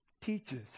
teaches